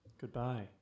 Goodbye